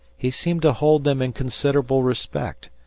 he seemed to hold them in considerable respect,